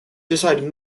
decided